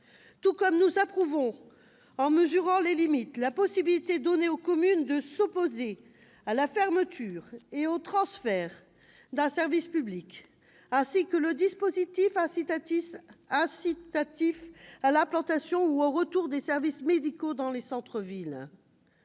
tout comme nous approuvons, en en mesurant les limites, la possibilité donnée aux communes de « s'opposer » à la fermeture et au transfert d'un service public, ainsi que le dispositif incitatif à l'implantation ou au retour de services médicaux dans les centres-villes.